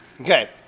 Okay